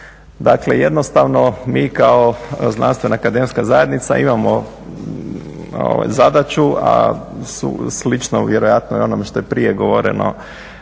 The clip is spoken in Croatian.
Dakle jednostavno mi kao znanstveno-akademska zajednica imamo zadaću, a slično vjerojatno i onome što je prije govoreno